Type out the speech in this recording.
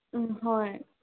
ꯎꯝ ꯍꯣꯏ